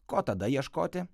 ko tada ieškoti